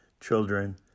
children